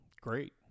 Great